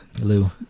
lou